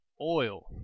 oil